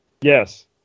Yes